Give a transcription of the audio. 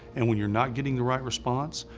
and when you're not getting the right response,